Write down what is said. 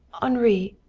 henri,